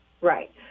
Right